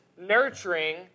nurturing